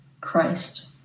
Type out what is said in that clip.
Christ